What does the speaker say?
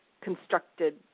constructed